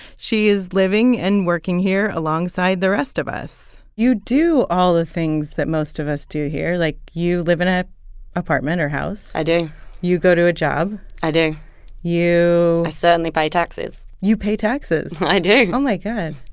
she is living and working here alongside the rest of us you do all the things that most of us do here. like, you live in an ah apartment or house i do you go to a job i do you. i certainly pay taxes you pay taxes i do oh, my god.